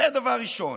זה דבר ראשון.